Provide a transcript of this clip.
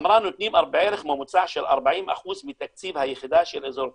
היא אמרה שנותנים בערך ממוצע של 40% מתקציב היחידה של אזור תעשייה,